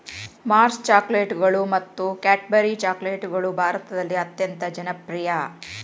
Mars ಚಾಕೊಲೇಟ್ಗಳು ಮತ್ತು Cadbury ಚಾಕೊಲೇಟ್ಗಳು ಭಾರತದಲ್ಲಿ ಅತ್ಯಂತ ಜನಪ್ರಿಯ